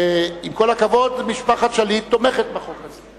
עם כל הכבוד, משפחת שליט תומכת בחוק הזה.